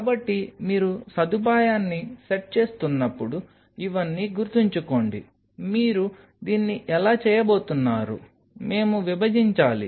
కాబట్టి మీరు సదుపాయాన్ని సెట్ చేస్తున్నప్పుడు ఇవన్నీ గుర్తుంచుకోండి మీరు దీన్ని ఎలా చేయబోతున్నారు మేము విభజించాలి